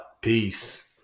Peace